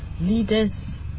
leaders